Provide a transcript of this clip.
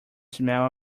smell